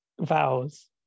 vows